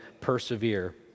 persevere